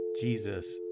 Jesus